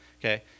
Okay